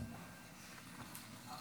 נתקבל.